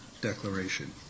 Declaration